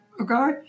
okay